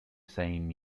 same